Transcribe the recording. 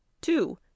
two